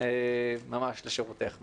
ממש לשירותך.